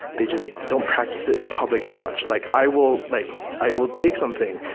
they just don't practice it in public as much. like i will like i will take something.